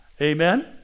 Amen